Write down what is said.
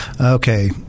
Okay